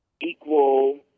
equal